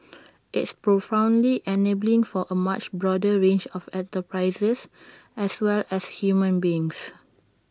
it's profoundly enabling for A much broader range of enterprises as well as human beings